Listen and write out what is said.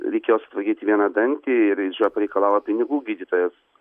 reikėjo sutvarkyti vieną dantį ir iš jo pareikalavo pinigų gydytojas